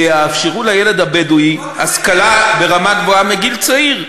שיאפשרו לילד הבדואי השכלה ברמה גבוהה מגיל צעיר.